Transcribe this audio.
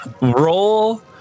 roll